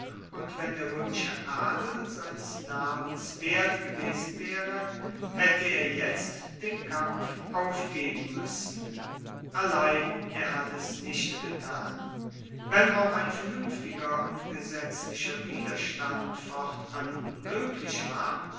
und wenn der roemische adel seines namens wert gewesen waere haette er jetzt den kampf aufgeben muessen allein er hat es nicht getan wenn auch ein vernuenftiger und gesetzlicher widerstand fortan unmoeglich war